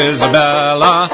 Isabella